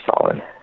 solid